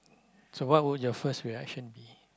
so what would your first reaction be